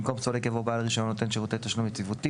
במקום "סולק" יבוא "בעל רישיון נותן שירותי תשלום יציבותי",